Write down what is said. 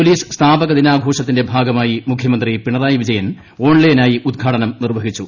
police സ്ഥാപക ദിന്റ്ട്ഘോഷത്തിന്റെ ഭാഗമായി മുഖ്യമന്ത്രി പിണറായി വിജയൻ ഒട്ൺലൈനായി ഉദ്ഘാടനം നിർവഹിച്ചു